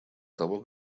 того